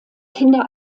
kinder